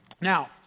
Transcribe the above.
Now